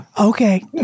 Okay